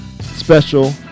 special